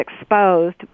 exposed